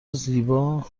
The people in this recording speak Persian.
زیبا